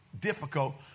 difficult